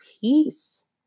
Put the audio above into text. peace